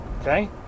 Okay